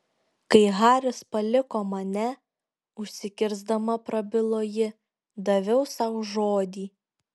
kai haris paliko mane užsikirsdama prabilo ji daviau sau žodį